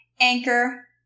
Anchor